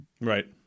Right